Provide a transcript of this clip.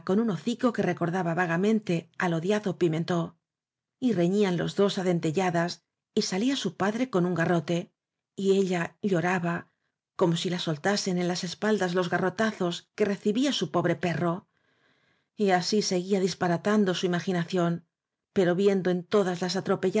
con un hocico que recordaba vagamente al odiado p mentón y reñían los dos á dentelladas y salía su padre con un garrote y ella lloraba como si la soltasen en las espaldas los garro tazos que recibía su pobre perro y así seguía disparatando su imaginación pero viendo en todas las